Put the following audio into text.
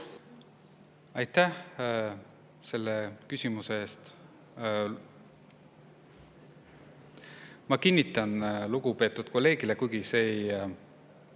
Aitäh selle küsimuse eest! Ma kinnitan lugupeetud kolleegile, kuigi see ei